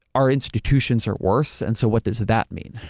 our institutions are worse and so, what does that mean?